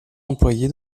employés